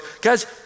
guys